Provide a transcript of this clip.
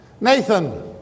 Nathan